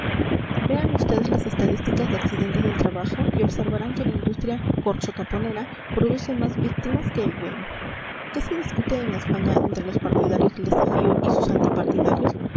vean ustedes las estadísticas de accidentes del trabajo y observarán que la industria corchotaponera produce más víctimas que el duelo qué se discute en españa entre los partidarios del desafío y sus antipartidarios